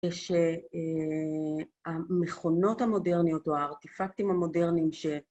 שהמכונות המודרניות או הארטיפקטים המודרניים